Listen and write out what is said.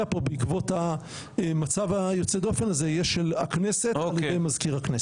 פה בעקבות המצב היוצא דופן הזה יהיה של הכנסת על ידי מזכיר הכנסת.